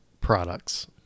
products